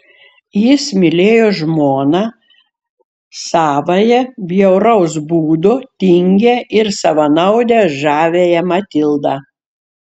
jis mylėjo žmoną savąją bjauraus būdo tingią ir savanaudę žaviąją matildą